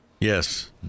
Yes